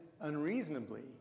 unreasonably